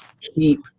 keep